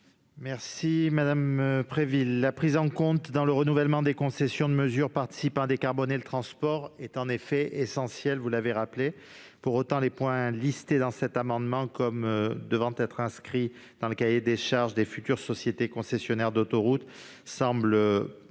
de la commission ? La prise en compte, lors du renouvellement des concessions, de mesures participant à décarboner le transport est en effet essentielle. Pour autant, les éléments listés dans cet amendement comme devant être inscrits dans le cahier des charges des futures sociétés concessionnaires d'autoroutes semblent déjà